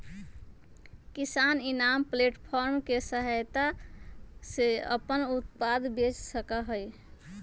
किसान इनाम प्लेटफार्म के सहायता से अपन उत्पाद बेच सका हई